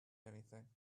anything